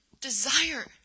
desire